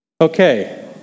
Okay